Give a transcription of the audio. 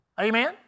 Amen